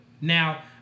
Now